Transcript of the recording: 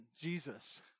Jesus